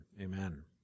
amen